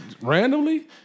randomly